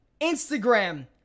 Instagram